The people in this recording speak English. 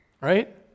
Right